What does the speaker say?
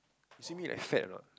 you see me like fat or not